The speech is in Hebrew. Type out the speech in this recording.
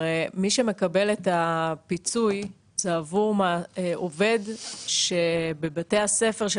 הרי מי שמקבל את הפיצוי זה עבור עובד שבבתי הספר של